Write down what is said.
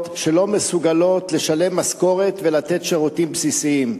שלא מסוגלות לשלם משכורת ולתת שירותים בסיסיים.